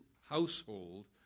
household